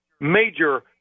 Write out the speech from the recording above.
major